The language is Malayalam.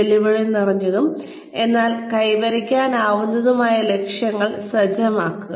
വെല്ലുവിളി നിറഞ്ഞതും എന്നാൽ കൈവരിക്കാവുന്നതുമായ ലക്ഷ്യങ്ങൾ സജ്ജമാക്കുക